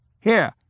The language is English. Here